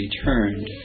returned